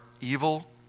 evil